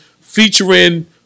Featuring